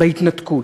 בהתנתקות,